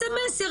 sms.